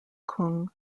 kung